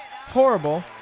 horrible